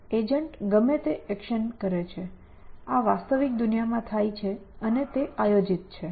agent ગમે તે action કરે છે તે વાસ્તવિક દુનિયામાં થાય છે અને તે આયોજિત છે